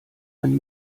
ein